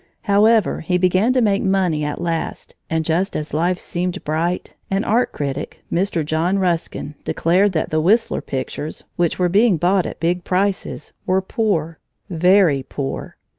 however, he began to make money at last, and just as life seemed bright an art critic, mr. john ruskin, declared that the whistler pictures, which were being bought at big prices, were poor very poor!